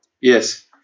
yes